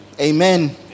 Amen